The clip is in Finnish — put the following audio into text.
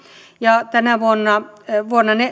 ja vuonna vuonna